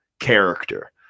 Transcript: character